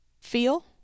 feel